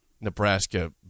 Nebraska